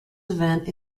event